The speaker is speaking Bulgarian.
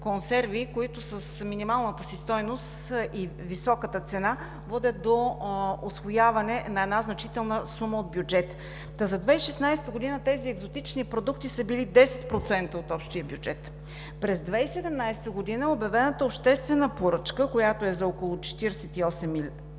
които с минималната си стойност и високата цена водят до усвояване на значителна сума от бюджета. За 2016 г. тези екзотични продукти са били 10% от общия бюджет. През 2017 г. обявената обществена поръчка, която е за около 16 милиона,